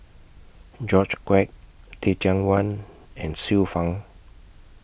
George Quek Teh Cheang Wan and Xiu Fang